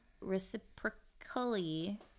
reciprocally